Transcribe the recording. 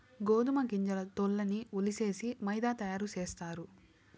గోదుమ గింజల తోల్లన్నీ ఒలిసేసి మైదా తయారు సేస్తారు